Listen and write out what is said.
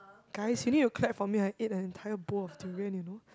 guys you need to clap for me I eat an entire bowl of durian you know